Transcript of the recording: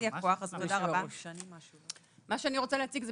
אנחנו שומעים פה נתונים מאוד מאוד מדאיגים,